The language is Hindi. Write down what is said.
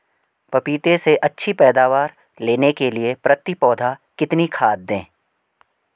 पपीते से अच्छी पैदावार लेने के लिए प्रति पौधा कितनी खाद दें?